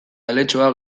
aletxoa